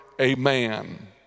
Amen